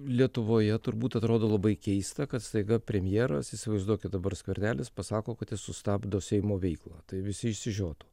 lietuvoje turbūt atrodo labai keista kad staiga premjeras įsivaizduokit dabar skvernelis pasako kad jis sustabdo seimo veiklą tai visi išsižiotų